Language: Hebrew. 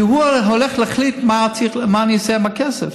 כי הוא הרי הולך להחליט מה אני אעשה עם הכסף.